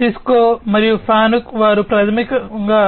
Cisco మరియు Fanuc వారు ప్రాథమికంగా